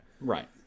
Right